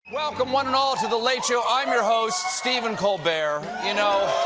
welcome one and all to the late show, i'm your host stephen colbert. you know,